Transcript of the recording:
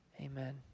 Amen